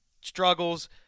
struggles